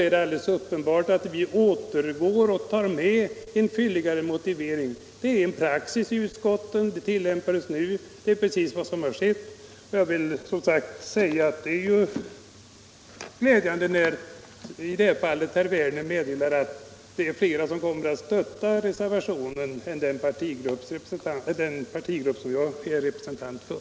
Då var det helt naturligt att vi återgick och tog med en fylligare motivering. Det förfarandet är praxis i utskottet, och det tillämpades nu. Det var vad som skedde. Sedan var det glädjande att herr Werner meddelade att flera kommer att stötta reservationen än den partigrupp som jag är representant för.